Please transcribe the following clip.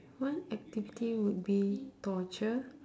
one activity would be torture